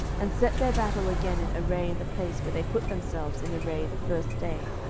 and set their battle again in array in the place where they put themselves in array the first day.